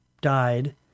died